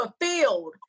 fulfilled